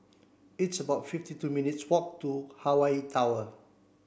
it's about fifty two minutes walk to Hawaii Tower